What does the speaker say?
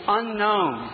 unknown